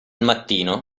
mattino